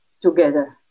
together